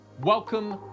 Welcome